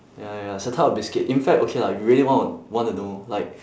ya ya it's a type of biscuit in fact okay lah if you really wanna wanna know like